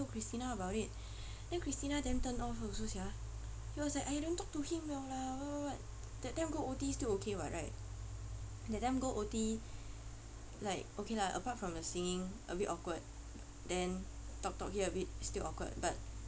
I told christina about it then christina damn turn off also sia she was like !aiya! don't talk to him liao lah [what] [what] [what] that time go O_T still okay [what] right that time go O_T like okay lah apart from the singing a bit awkward then talk talk here a bit still awkward but